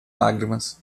lágrimas